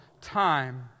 time